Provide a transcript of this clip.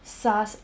SARS